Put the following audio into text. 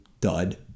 dud